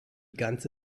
ganze